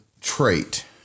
trait